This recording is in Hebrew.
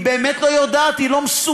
היא באמת לא יודעת, היא לא מסוגלת.